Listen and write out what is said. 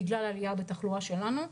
בגלל העלייה בתחלואה אצלנו,